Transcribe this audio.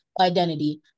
identity